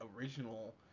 original